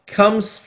comes